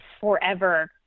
forever